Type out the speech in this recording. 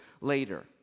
later